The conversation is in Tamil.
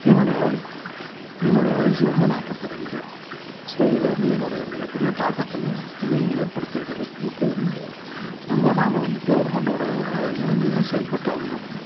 என்னுடைய வயது என்னுடைய வயது வந்து நாற்பத்தி ரெண்டு ஸோ இது வந்து என்னுடைய மிகப் பெரிய தாக்கத்தையும் இதையும் ஏற்படுத்தியிருக்குது இப்போ வந்து நம்ம நாங்கள் வந்து கவர்மெண்டோடு இணைஞ்சுதான் செயல்பட்டாகணும்